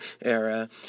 era